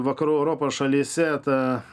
vakarų europos šalyse ta